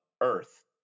earth